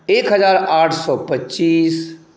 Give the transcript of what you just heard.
एक हज़ार आठ सए पच्चीस